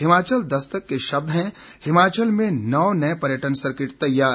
हिमाचल दस्तक के शब्द हैं हिमाचल में नौ नए पर्यटन सर्किट तैयार